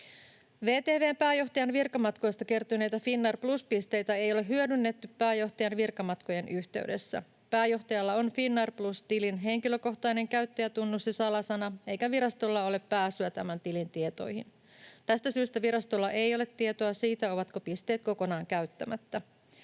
VTV:n pääjohtajan virkamatkoista kertyneitä Finnair Plus ‑pisteitä ei ole hyödynnetty pääjohtajan virkamatkojen yhteydessä. Pääjohtajalla on Finnair Plus ‑tilin henkilökohtainen käyttäjätunnus ja salasana, eikä virastolla ole pääsyä tämän tilin tietoihin. Tästä syystä virastolla ei ole tietoa siitä, ovatko pisteet kokonaan käyttämättä.